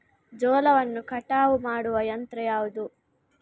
ಜೋಳವನ್ನು ಕಟಾವು ಮಾಡುವ ಯಂತ್ರ ಯಾವುದು?